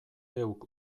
geuk